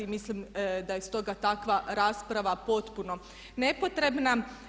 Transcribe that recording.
I mislim da je stoga takva rasprava potpuno nepotrebna.